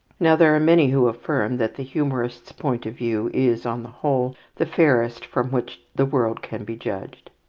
now there are many who affirm that the humourist's point of view is, on the whole, the fairest from which the world can be judged.